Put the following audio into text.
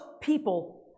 people